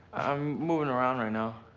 i'm movin' around right now.